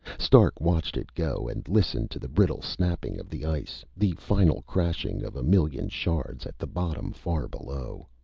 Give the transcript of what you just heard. stark watched it go, and listened to the brittle snapping of the ice, the final crashing of a million shards at the bottom far below.